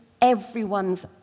everyone's